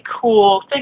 cool